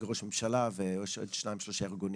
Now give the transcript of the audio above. משרד ראש הממשלה ועוד שניים שלושה ארגונים,